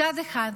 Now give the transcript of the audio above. מצד אחד